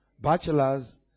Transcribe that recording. bachelors